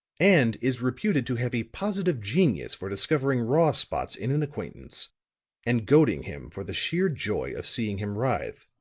and is reputed to have a positive genius for discovering raw spots in an acquaintance and goading him for the sheer joy of seeing him writhe.